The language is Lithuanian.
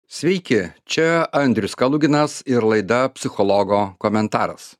sveiki čia andrius kaluginas ir laida psichologo komentaras